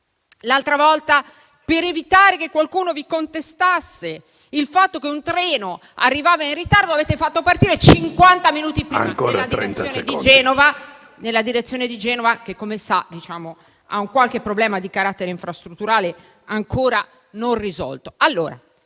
l'altra volta, per evitare che qualcuno vi contestasse il fatto che un treno arrivava in ritardo, avete fatto partire cinquanta minuti prima il convoglio nella direzione di Genova che - come sa - ha qualche problema di carattere infrastrutturale ancora non risolto.